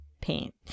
paint